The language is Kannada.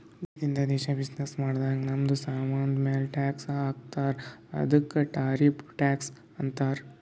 ದೇಶದಿಂದ ದೇಶ್ ಬಿಸಿನ್ನೆಸ್ ಮಾಡಾಗ್ ನಮ್ದು ಸಾಮಾನ್ ಮ್ಯಾಲ ಟ್ಯಾಕ್ಸ್ ಹಾಕ್ತಾರ್ ಅದ್ದುಕ ಟಾರಿಫ್ ಟ್ಯಾಕ್ಸ್ ಅಂತಾರ್